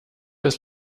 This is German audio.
das